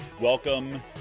welcome